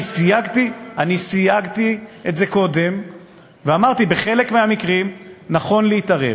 אני סייגתי את זה קודם ואמרתי שבחלק מהמקרים נכון להתערב,